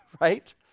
right